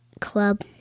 club